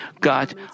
God